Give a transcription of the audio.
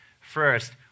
First